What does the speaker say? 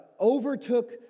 overtook